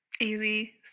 Easy